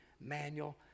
manual